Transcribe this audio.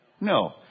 No